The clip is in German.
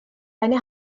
eine